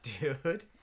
dude